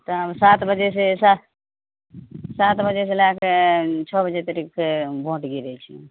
तऽ सात बजे से सात बजे से लए कऽ छओ बजे तक भोट गिरै छै